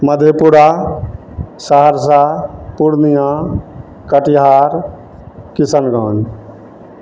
Madhepura Saharsa Purnia Katihar Kishanganj